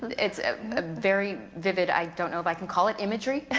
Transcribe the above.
it's very vivid, i don't know if i can call it imagery.